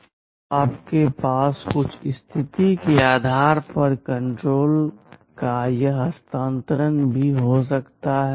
अब आपके पास कुछ स्थिति के आधार पर कण्ट्रोल का यह हस्तांतरण भी हो सकता है